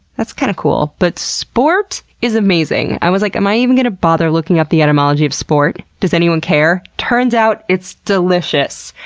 that's kind of cool, but sport is amazing. i was like, am i even going to bother looking up the etymology of sport? does anyone care? turns out, it's delicious.